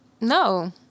No